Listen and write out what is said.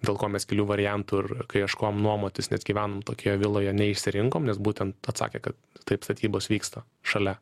dėl ko mes kelių variantų ir kai ieškojom nuomotis nes gyvenom tokioje viloje neišsirinkom nes būtent atsakė kad taip statybos vyksta šalia